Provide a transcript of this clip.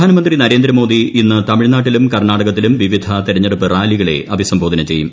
പ്രധാനമന്ത്രി നരേന്ദ്രമോദി ഇന്ന് തമിഴ്നാട്ടിലും കർണാടകത്തിലും വിവിധ തെരഞ്ഞെടുപ്പ് റാലികളെ അഭിസംബോധന ചെയ്യും